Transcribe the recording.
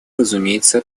разумеется